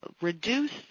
reduce